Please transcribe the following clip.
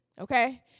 Okay